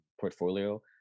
portfolio